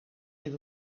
dit